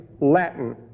Latin